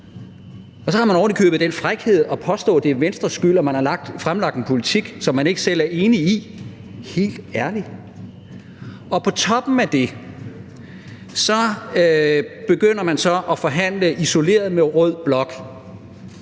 Og så har man ovenikøbet den frækhed at påstå, at det er Venstres skyld, at man har fremlagt en politik, som man ikke selv er enig i. Altså, helt ærligt. Og på toppen af det, begynder man så at forhandle isoleret med rød blok